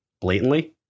blatantly